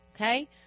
okay